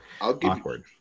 awkward